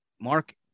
mark